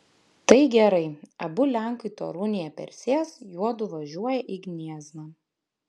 tai gerai abu lenkai torunėje persės juodu važiuoja į gniezną